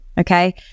okay